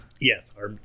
Yes